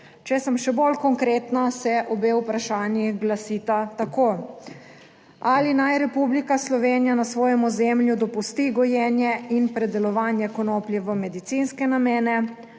Če sem še bolj konkretna se obe vprašanji glasita tako: Ali naj Republika Slovenija na svojem ozemlju dopusti gojenje in predelovanje konoplje v medicinske namene?